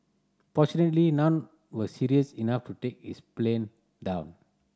fortunately none were serious enough to take his plane down